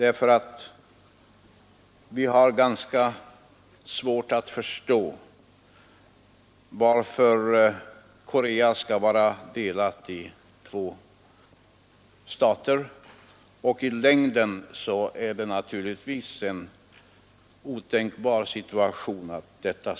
Vi har nämligen ganska svårt att förstå varför Korea skall vara delat i två stater, vilket naturligtvis i längden är någonting otänkbart.